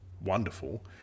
wonderful